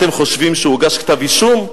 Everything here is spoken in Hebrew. אתם חושבים שהוגש כתב-אישום?